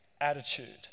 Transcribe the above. attitude